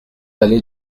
allée